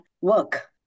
work